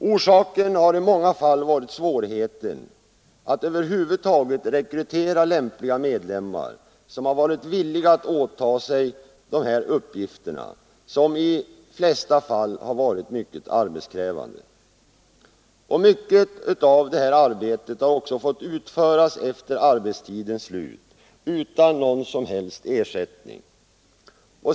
Orsakerna har i många fall varit svårigheten att rekrytera lämpliga medlemmar som har varit villiga att åta sig de fackliga uppgifterna, vilka för det mesta är mycket arbetskrävande. Mycket av det här arbetet har också fått utföras efter arbetstidens slut utan någon som helst ersättning.